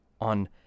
on